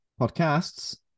podcasts